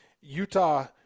Utah